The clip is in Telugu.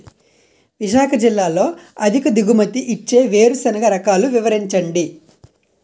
విశాఖ జిల్లాలో అధిక దిగుమతి ఇచ్చే వేరుసెనగ రకాలు వివరించండి?